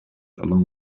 along